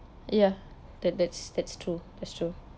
ya that that's that's true that's true